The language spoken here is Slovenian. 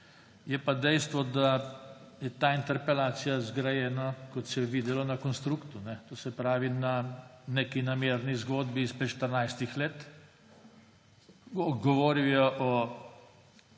Je pa dejstvo, da je ta interpelacija zgrajena, kot se je videlo, na konstruktu. To se pravi, na neki namerni zgodbi izpred 14 let. Govoril